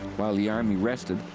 while the army rested,